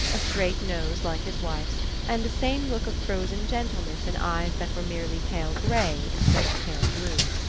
a straight nose like his wife's and the same look of frozen gentleness in eyes that were merely pale grey instead of pale blue.